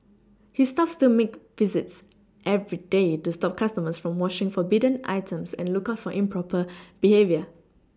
his staff still make visits every day to stop customers from washing forbidden items and look out for improper behaviour